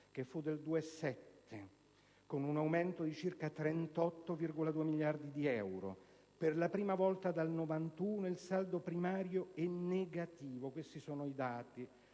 per cento, con un aumento di circa 38,2 miliardi di euro; per la prima volta dal 1991, il saldo primario è negativo. Questi sono i dati